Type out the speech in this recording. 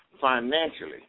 financially